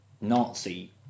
Nazi